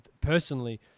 personally